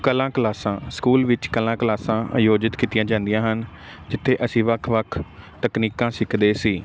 ਕਲਾ ਕਲਾਸਾਂ ਸਕੂਲ ਵਿੱਚ ਕਲਾ ਕਲਾਸਾਂ ਆਯੋਜਿਤ ਕੀਤੀਆਂ ਜਾਂਦੀਆਂ ਹਨ ਜਿੱਥੇ ਅਸੀਂ ਵੱਖ ਵੱਖ ਤਕਨੀਕਾਂ ਸਿੱਖਦੇ ਸੀ